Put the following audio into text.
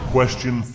Question